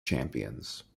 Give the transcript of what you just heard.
champions